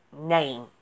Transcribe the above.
Name